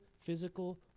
physical